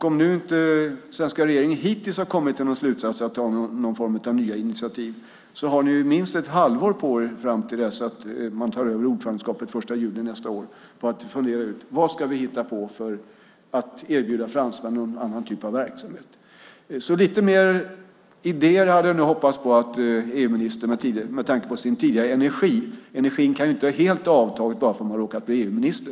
Om nu inte den svenska regeringen hittills har kommit till någon slutsats om några nya initiativ har ni alltså minst ett halvår på er fram till att vi tar över ordförandeskapet den 1 juli nästa år att fundera ut vilken annan typ av verksamhet vi kan erbjuda fransmännen. Med tanke på EU-ministerns tidigare energi hade jag nog hoppats på lite mer. Energin kan ju inte helt ha avtagit för att hon har råkat bli EU-minister.